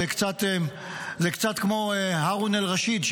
זה קצת כמו הארון א-רשיד,